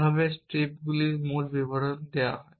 যেভাবে স্ট্রিপগুলির মূল বিবরণ দেওয়া হয়